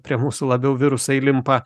prie mūsų labiau virusai limpa